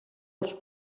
els